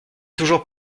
toujours